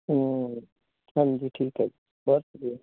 ਹੋਰ ਹਾਂਜੀ ਠੀਕ ਹੈ ਜੀ ਬਹੁਤ ਵਧੀਆ